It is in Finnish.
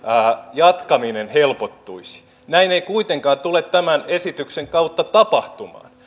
jatkaminen helpottuisi näin ei kuitenkaan tule tämän esityksen kautta tapahtumaan